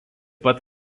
pat